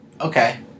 Okay